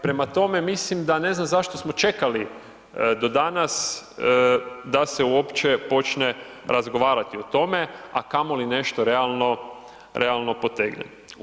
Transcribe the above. Prema tome, mislim da ne znam zašto smo čekali do danas, da se uopće počne razgovarati o tome, a kamoli nešto realno potegnuti.